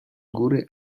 góry